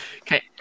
Okay